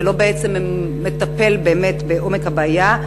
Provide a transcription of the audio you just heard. שבעצם לא מטפל באמת בעומק הבעיה?